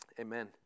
amen